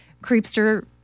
creepster